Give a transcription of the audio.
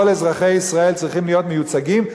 כל אזרחי ישראל צריכים להיות מיוצגים,